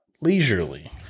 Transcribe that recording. leisurely